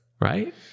Right